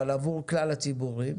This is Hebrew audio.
עבור כלל הציבורים